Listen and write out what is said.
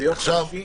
זה 28 יום.